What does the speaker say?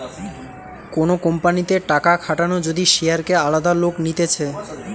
কোন কোম্পানিতে টাকা খাটানো যদি শেয়ারকে আলাদা লোক নিতেছে